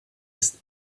ist